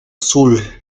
sul